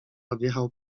odjechał